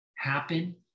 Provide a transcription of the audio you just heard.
happen